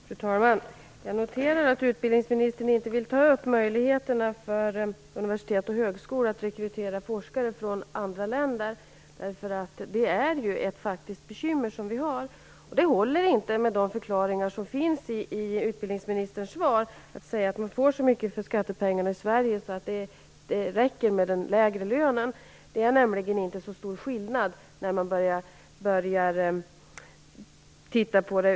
Fru talman! Jag noterar att utbildningsministern inte vill ta upp möjligheterna för universitet och högskola att rekrytera forskare från andra länder. Det är ju ett bekymmer som vi faktiskt har. Det håller inte med de förklaringar som finns i utbildningsministerns svar; att man får så mycket för skattepengarna i Sverige att det räcker med den lägre lönen. Det är nämligen inte så stor skillnad när man börjar titta på det.